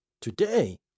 today